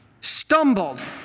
stumbled